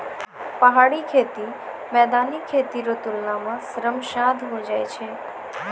पहाड़ी खेती मैदानी खेती रो तुलना मे श्रम साध होय जाय छै